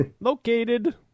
Located